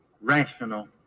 rational